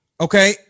okay